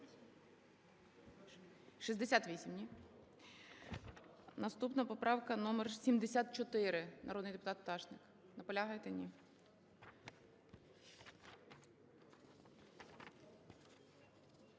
Наступна поправка - номер 74, народний депутат Пташник. Наполягаєте? Ні.